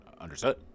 understood